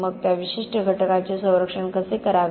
मग त्या विशिष्ट घटकाचे संरक्षण कसे करावे